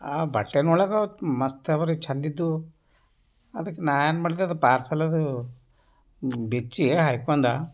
ಆ ಬಟ್ಟೆನು ಒಳ್ಳೆದವು ಮಸ್ತ್ ಅವು ರೀ ಚಂದ ಇದ್ದವು ಅದಕ್ಕೆ ನಾನು ಏನು ಮಾಡಿದೆ ಅದು ಪಾರ್ಸೆಲ್ ಅದು ಬಿಚ್ಚಿ ಹೈಕೊಂಡ